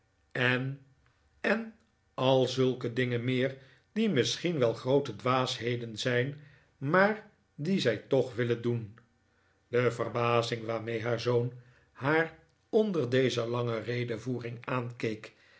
en en al zulke dingen meer die misschien wel groote dwaasheden zijn maar die zij toch willen doen de verbazing waarmee haar zoon haar onder deze lange redevoering aankeek